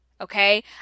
okay